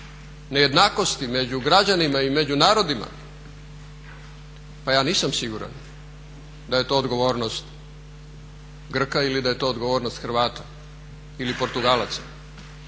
nejednakosti među građanima i među narodima pa ja nisam siguran da je to odgovornost Grka ili da je to odgovornost Hrvata ili Portugalaca.